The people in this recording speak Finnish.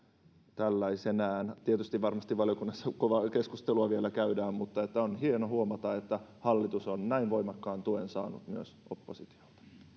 tällaisenaan varmasti valiokunnassa kovaa keskustelua vielä käydään mutta on hieno huomata että hallitus on näin voimakkaan tuen saanut myös oppositiolta